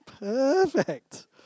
Perfect